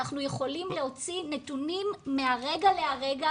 אנחנו יכולים להוציא נתונים מהרגע להרגע.